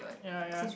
yea yea